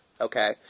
Okay